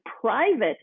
private